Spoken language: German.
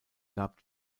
gab